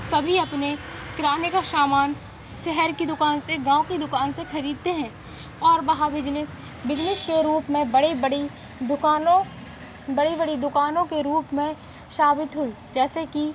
सभी अपने किराने का सामान शहर की दुकान से गाँव की दुकान से खरीदते हैं और वहाँ बिजनेस बिजनेस के रूप में बड़े बड़ी दुकानों बड़ी बड़ी दुकानों के रूप में साबित हुई जैसे कि